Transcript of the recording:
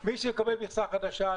מי שמקבל מכסה חדשה,